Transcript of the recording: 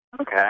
Okay